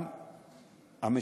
גם למשותפת,